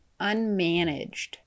unmanaged